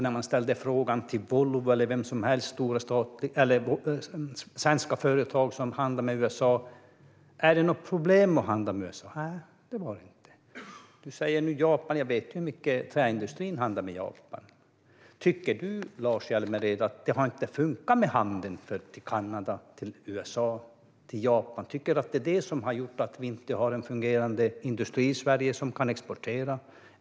När man ställde frågan till Volvo eller svenska företag som handlar med USA om det är något problem med att handla med USA svarade de att det inte är det. Du talar nu om ett handelsavtal med Japan. Jag vet hur mycket träindustrin handlar med Japan. Tycker du, Lars Hjälmered, att det inte har funkat med handeln med Kanada, USA och Japan? Är det detta som har gjort att vi inte har en fungerande industri i Sverige som kan exportera?